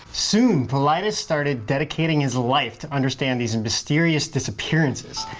soon paulides started dedicating his life to understand these and mysterious disappearances.